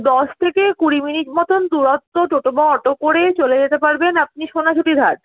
দশ থেকে কুড়ি মিনিট মতন দূরত্ব টোটো বা অটো করে চলে যেতে পারবেন আপনি সোনাঝুরির হাট